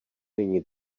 není